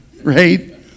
right